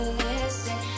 listen